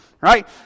right